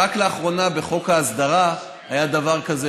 אני לא זוכרת שהיה דבר כזה בכנסת.